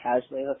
casually